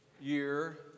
year